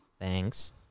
Thanks